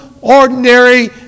ordinary